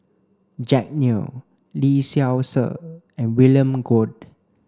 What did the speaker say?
Jack Neo Lee Seow Ser and William Goode